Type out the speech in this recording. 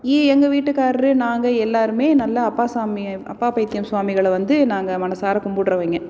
எங்கள் வீட்டுக்கார் நாங்கள் எல்லோருமே நல்லா அப்பா சாமியை அப்பா பைத்தியம் சுவாமிகளை வந்து நாங்கள் மனதார கும்புட்றவங்க